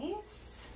nice